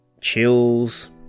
chills